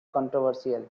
controversial